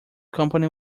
company